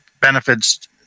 benefits